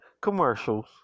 commercials